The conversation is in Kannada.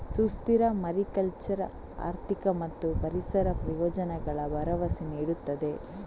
ಸುಸ್ಥಿರ ಮಾರಿಕಲ್ಚರ್ ಆರ್ಥಿಕ ಮತ್ತು ಪರಿಸರ ಪ್ರಯೋಜನಗಳ ಭರವಸೆ ನೀಡುತ್ತದೆ